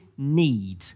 Need